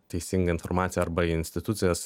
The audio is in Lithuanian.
teisingą informaciją arba į institucijas